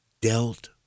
dealt